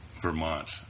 Vermont